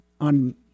on